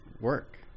work